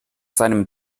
seinem